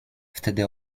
wtedy